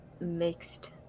mixed